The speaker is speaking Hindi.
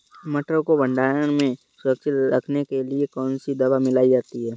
मटर को भंडारण में सुरक्षित रखने के लिए कौन सी दवा मिलाई जाती है?